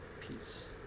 peace